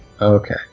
Okay